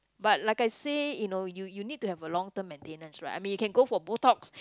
but like I say you know you you need to have a long term maintenance right I mean you can go for botox